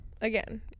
again